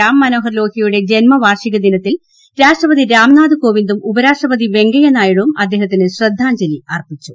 രാം മനേഹർ ലോഹ്യയുടെ ജന്മവാഷികദിനത്തിൽ രാഷ്ട്രപതി രാംനാഥ് കോവിന്ദും ഉപരാഷ്ട്രപതി വെങ്കയ്യ നായിഡുവും അദ്ദേഹത്തിന് ശ്രദ്ധാഞ്ജലി ്അർപ്പിച്ചു